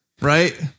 right